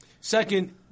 Second